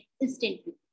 instantly